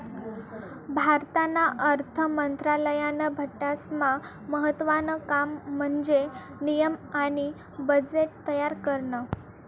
भारतना अर्थ मंत्रालयानं बठ्ठास्मा महत्त्वानं काम म्हन्जे नियम आणि बजेट तयार करनं